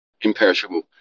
imperishable